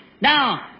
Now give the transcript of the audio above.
Now